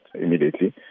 immediately